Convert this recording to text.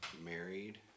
Married